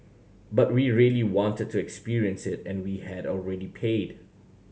but we really wanted to experience it and we had already paid